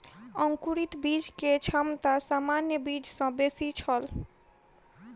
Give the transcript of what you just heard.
अंकुरित बीज के क्षमता सामान्य बीज सॅ बेसी छल